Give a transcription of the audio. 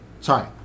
sorry